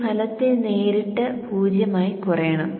ഇത് ഫലത്തിൽ നേരിട്ട് 0 ആയി കുറയണം